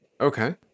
Okay